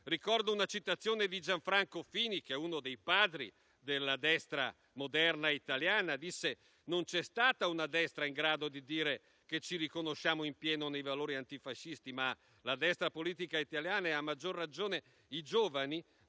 Ricordo una citazione di Gianfranco Fini, uno dei padri della destra moderna italiana, secondo cui non c'è stata una destra in grado di dire che ci riconosciamo in pieno nei valori antifascisti, ma la destra politica italiana e, a maggior ragione, i giovani